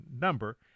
number